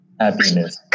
Happiness